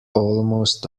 almost